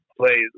play